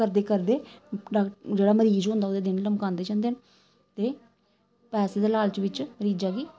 करदे करदे जेह्ड़ा मरीज होंदा ओह्दे दिन लमकांदे जंदे न ते पैसे दे लालच बिच मरीजा गी